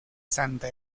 santa